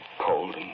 Cold